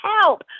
help